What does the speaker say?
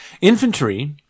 infantry